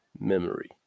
memory